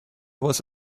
was